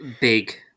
big